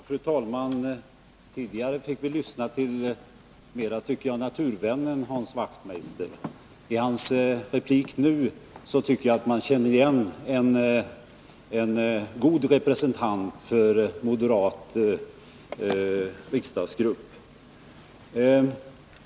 Fru talman! Tidigare fick vi lyssna mer till naturvännen Hans Wachtmeister. I hans senaste inlägg känner jag igen en god representant för den moderata riksdagsgruppen.